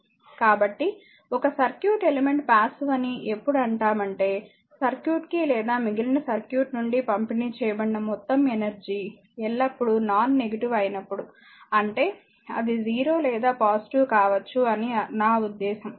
slide సమయం చూడండి 0516 కాబట్టిఒక సర్క్యూట్ ఎలిమెంట్ పాసివ్ అని ఎప్పుడు అంటామంటే సర్క్యూట్ కి లేదా మిగిలిన సర్క్యూట్ నుండి పంపిణీ చేయబడిన మొత్తం ఎనర్జీ ఎల్లప్పుడూ నాన్ నెగిటివ్ అయినప్పుడు అంటే అది 0 లేదా పాజిటివ్ కావచ్చు అని నా ఉద్దేశ్యం